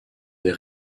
des